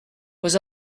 was